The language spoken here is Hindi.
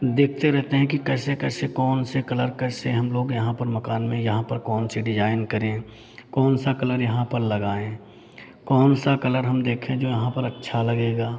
देखते रहते हैं कि कैसे कैसे कौन से कलर कैसे हम लोग यहाँ पर मकान में यहाँ पर कौन से डिज़ाइन करें कौन सा कलर यहाँ पर लगाएँ कौन सा कलर हम देखें जो यहाँ पर अच्छा लगेगा